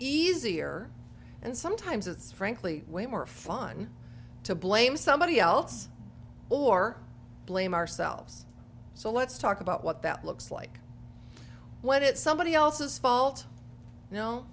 easier and sometimes it's frankly way more fun to blame somebody else or blame ourselves so let's talk about what that looks like what it's somebody else's fault